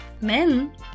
Men